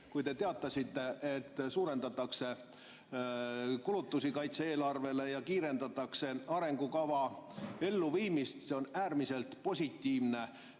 kui te teatasite, et suurendatakse kulutusi kaitse-eelarvele ja kiirendatakse arengukava elluviimist. See on äärmiselt positiivne.